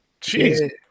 Jeez